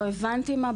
לא הבנתי מה,